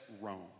Rome